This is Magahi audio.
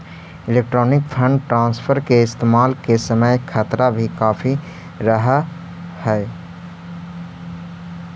इलेक्ट्रॉनिक फंड ट्रांसफर के इस्तेमाल के समय खतरा भी काफी रहअ हई